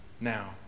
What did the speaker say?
now